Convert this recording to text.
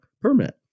permit